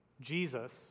Jesus